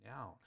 out